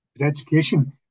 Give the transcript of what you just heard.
Education